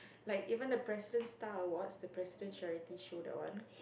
like even the President Star Awards the President Charity Show that one